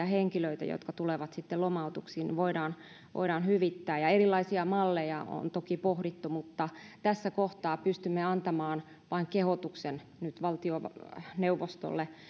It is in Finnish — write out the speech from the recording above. henkilöille jotka tulevat sitten lomautetuksi voidaan hyvittää erilaisia malleja on toki pohdittu mutta tässä kohtaa pystymme nyt antamaan vain kehotuksen valtioneuvostolle